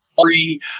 three